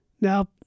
Now